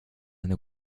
eine